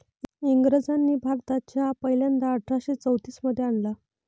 इंग्रजांनी भारतात चहा पहिल्यांदा अठरा शे चौतीस मध्ये आणला